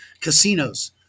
Casinos